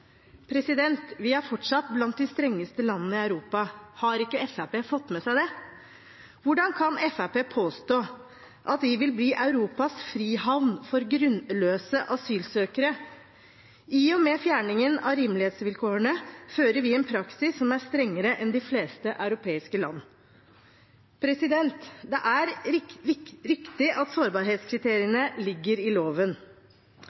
Vi er fortsatt blant de strengeste landene i Europa. Har ikke Fremskrittspartiet fått med seg det? Hvordan kan Fremskrittspartiet påstå at vi vil bli Europas frihavn for grunnløse asylsøkere? I og med fjerningen av rimelighetsvilkårene fører vi en praksis som er strengere enn i de fleste europeiske land. Det er riktig at